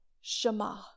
Shema